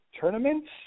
tournaments